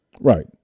Right